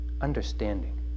understanding